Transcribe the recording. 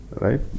right